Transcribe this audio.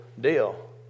deal